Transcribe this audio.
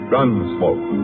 Gunsmoke